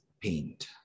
paint